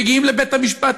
מגיעים לבית-המשפט,